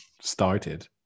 started